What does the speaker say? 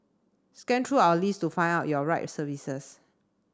scan through our list to find out your right services